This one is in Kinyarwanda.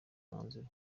mwanzuro